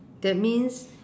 that means